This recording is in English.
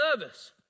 nervous